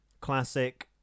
Classic